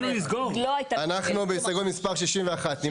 אנחנו בהסתייגות מספר 61. נימקת?